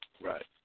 Right